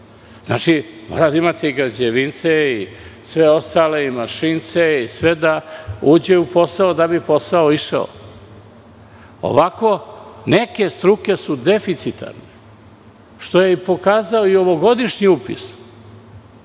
Znači, morate da imate i građevince, i mašince i sve ostale da sve uđe u posao da bi posao išao. Ovako, neke struke su deficitarne, što je pokazao i ovogodišnji upis.